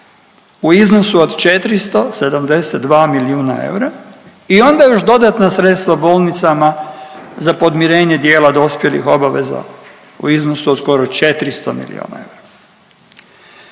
u iznosu od 472 milijuna eura i onda još dodatna sredstva bolnicama za podmirenje dijela dospjelih obaveza u iznosu od skoro 400 milijuna eura.